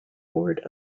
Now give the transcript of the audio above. board